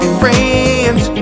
friends